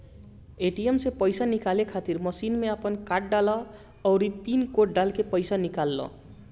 ATM से पईसा निकाले खातिर मशीन में आपन कार्ड डालअ अउरी पिन कोड डालके पईसा निकाल लअ